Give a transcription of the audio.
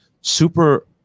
super